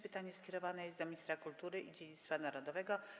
Pytanie skierowane jest do ministra kultury i dziedzictwa narodowego.